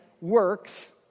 works